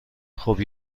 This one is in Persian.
خوب